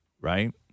right